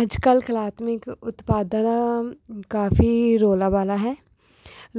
ਅੱਜ ਕੱਲ ਕਲਾਤਮਕ ਉਤਪਾਦਾਂ ਦਾ ਕਾਫੀ ਰੋਲਾ ਵਾਲਾ ਹੈ